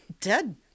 Dead